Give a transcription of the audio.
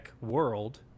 world